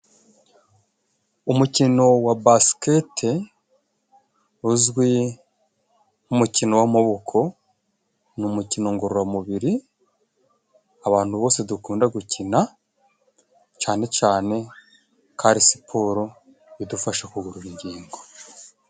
Umukino wa basiketi, uzwi nk'umukino w'amaboko. Ni umukino ngororamubiri, abantu bose dukunda gukina, cyane cyane ko ari siporo idufasha kugorora ingingo.